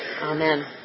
Amen